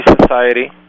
society